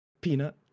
Peanut